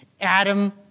Adam